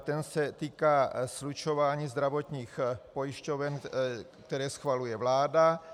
Ten se týká slučování zdravotních pojišťoven, které schvaluje vláda.